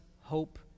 hope